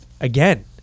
again